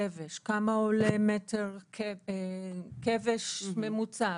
כבש, כמה עולה מטר כבש ממוצע.